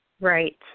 Right